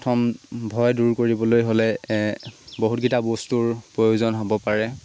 প্ৰথম ভয় দূৰ কৰিবলৈ হ'লে বহুতকেইটা বস্তুৰ প্ৰয়োজন হ'ব পাৰে